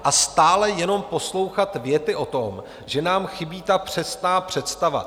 A stále jenom poslouchat věty o tom, že nám chybí ta přesná představa.